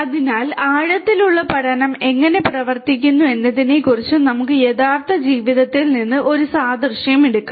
അതിനാൽ ആഴത്തിലുള്ള പഠനം എങ്ങനെ പ്രവർത്തിക്കുന്നു എന്നതിനെക്കുറിച്ച് നമുക്ക് യഥാർത്ഥ ജീവിതത്തിൽ നിന്ന് ഒരു സാദൃശ്യം എടുക്കാം